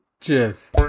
Cheers